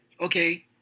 okay